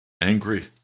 angry